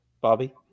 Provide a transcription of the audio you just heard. Bobby